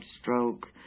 stroke